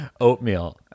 oatmeal